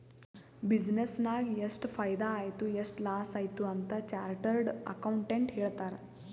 business ನಾಗ್ ಎಷ್ಟ ಫೈದಾ ಆಯ್ತು ಎಷ್ಟ ಲಾಸ್ ಆಯ್ತು ಅಂತ್ ಚಾರ್ಟರ್ಡ್ ಅಕೌಂಟೆಂಟ್ ಹೇಳ್ತಾರ್